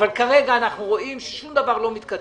אבל כרגע אנחנו רואים ששום דבר לא מתקדם.